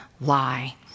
lie